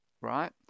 right